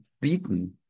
beaten